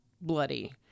bloody